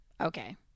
okay